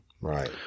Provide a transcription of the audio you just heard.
Right